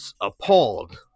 appalled